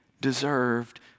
deserved